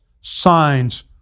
signs